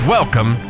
Welcome